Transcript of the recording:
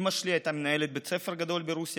אימא שלי הייתה מנהלת בית ספר גדול ברוסיה.